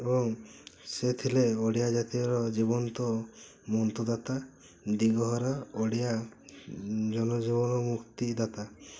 ଏବଂ ସେ ଥିଲେ ଓଡ଼ିଆ ଜାତିର ଜୀବନ୍ତ ମନ୍ତ ଦାତା ଦିଗହରା ଓଡ଼ିଆ ଜନଜୀବନ ମୁକ୍ତିଦାତା